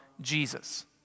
Jesus